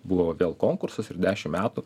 buvo vėl konkursas ir dešim metų